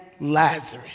Lazarus